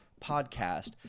podcast